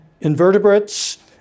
Invertebrates